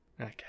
Okay